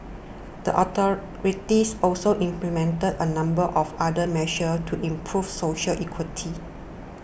the authorities also implemented a number of other measures to improve social equity